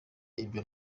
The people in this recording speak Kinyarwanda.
ibyo